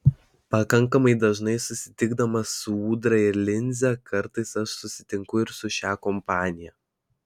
pakankamai dažnai susitikdamas su ūdra ir linze kartais aš susitinku ir su šia kompanija